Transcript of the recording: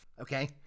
okay